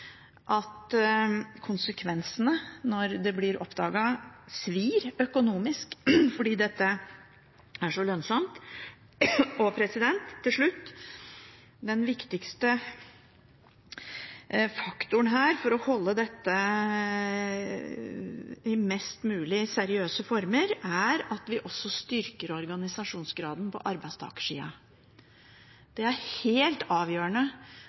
at konsekvensene, når det blir oppdaget, er at det svir økonomisk, fordi dette er så lønnsomt. Til slutt: Den viktigste faktoren her for å holde dette i mest mulig seriøse former er at vi også styrker organisasjonsgraden på arbeidstakersiden. Det er helt avgjørende